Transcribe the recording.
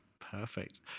Perfect